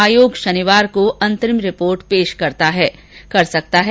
आयोग शनिवार को अंतरिम रिपोर्ट पेश कर सकता है